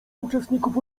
uczestników